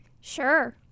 Sure